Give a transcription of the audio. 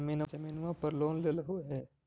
जमीनवा पर लोन लेलहु हे?